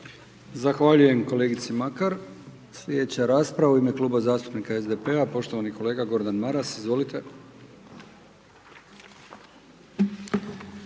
Zahvaljujem kolegici Makar. Sljedeća rasprava u ime Kluba zastupnika SDP-a poštovani kolega Gordan Maras, izvolite.